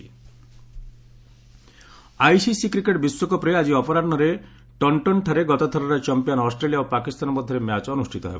WC cricket ICC cricket ବିଶ୍ୱକପ୍ରେ ଆଜି ଅପରାହୁରେ ଟନ୍ଟନ୍ଠାରେ ଗତଥରର ଚମ୍ପିୟାନ୍ ଅଷ୍ଟ୍ରେଲିଆ ଓ ପାକିସ୍ତାନ ମଧ୍ୟରେ ମ୍ୟାଚ୍ ଅନୁଷ୍ଠିତ ହେବ